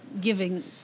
giving